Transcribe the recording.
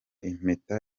impeta